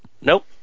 Nope